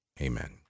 Amen